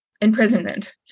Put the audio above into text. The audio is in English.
imprisonment